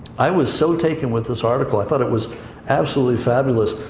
i was so taken with this article, i thought it was absolutely fabulous,